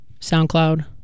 SoundCloud